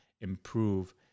improve